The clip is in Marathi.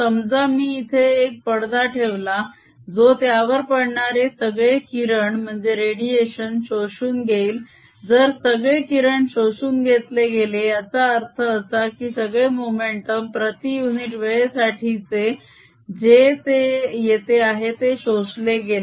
समजा मी इथे एक पडदा ठेवला जो त्यावर पडणारे सगळे किरण शोषून घेईल जर सगळे किरण शोषून घेतले गेले त्याचा अर्थ असा की सगळे मोमेटम प्रती युनिट वेळेसाठीचे जे येते आहे ते शोषले गेले